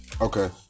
Okay